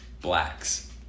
Blacks